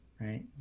Right